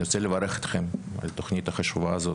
אני רוצה לברך אתכם על התוכנית החשובה הזו